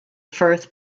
firth